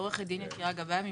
אני עו"ד ממינהל